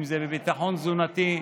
אם זה בביטחון תזונתי,